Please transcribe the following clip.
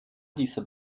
dieser